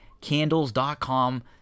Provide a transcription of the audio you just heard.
Candles.com